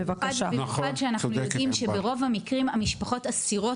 במיוחד שאנחנו יודעים שברוב המקרים המשפחות אסירות